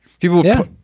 People